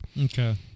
okay